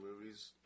movies